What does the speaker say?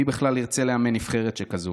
מי בכלל ירצה לאמן נבחרת שכזאת?